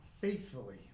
Faithfully